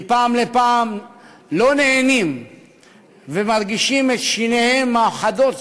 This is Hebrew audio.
מפעם לפעם לא נהנים ומרגישים את שיניהם החדות